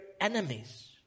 enemies